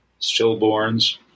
stillborns